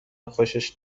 خوشش